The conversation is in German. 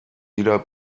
wieder